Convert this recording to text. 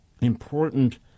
important